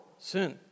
sin